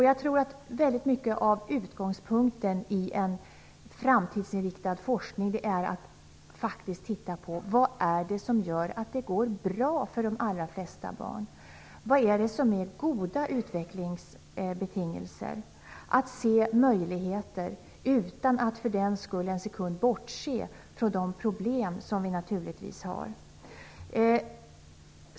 Jag tror att utgångspunkten för en framtidsinriktad forskning är att titta på vad det är som gör att det går bra för de allra flesta barn och vad som är goda utvecklingsbetingelser, och att se möjligheter utan att för den skull för en sekund bortse från de problem som naturligtvis finns.